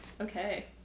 Okay